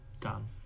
done